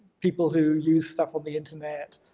people who use stuff on the internet,